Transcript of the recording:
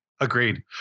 Agreed